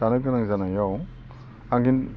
जानो गोनां जानायाव आंनि